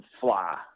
fly